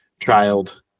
child